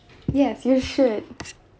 yes you should